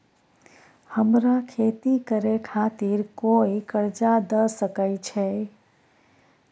हमरा खेती करे खातिर कोय कर्जा द सकय छै?